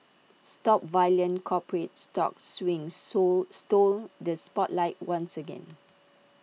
stock violent corporate stock swings soul stole the spotlight once again